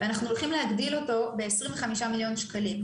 אנחנו הולכים להגדיל אותו ב-25 מיליון שקלים.